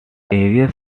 areas